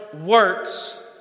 works